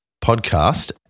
podcast